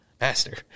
master